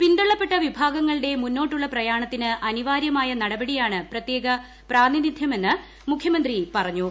പിന്തള്ളപ്പെട്ട വിഭാഗങ്ങളുടെ മുന്നോട്ടുള്ള പ്രയാണത്തിന് അനിവാര്യമായ നടപടിയാണ് പ്രത്യേക പ്രാതിനിധൃമെന്ന് മുഖ്യമന്ത്രി പറഞ്ഞു